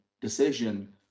decision